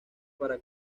para